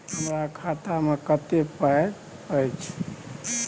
हमरा खाता में कत्ते पाई अएछ?